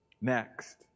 Next